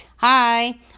Hi